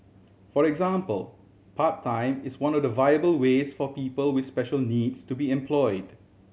for example part time is one of the viable ways for people with special needs to be employed